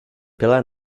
pela